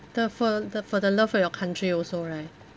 the for the for the love of your country also right